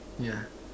yeah